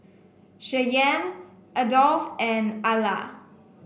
Cheyanne Adolf and Alla